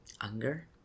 anger